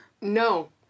No